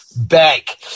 bank